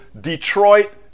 Detroit